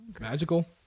Magical